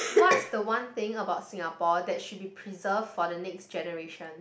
what's the one thing about Singapore that should be preserved for the next generation